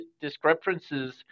discrepancies